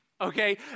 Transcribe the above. Okay